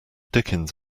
dickens